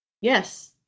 Yes